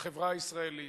לחברה הישראלית,